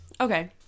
okay